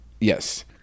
yes